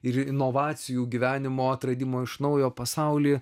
ir inovacijų gyvenimo atradimo iš naujo pasaulį